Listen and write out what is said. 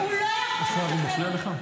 הוא לא יכול לדבר.